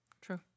true